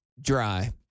dry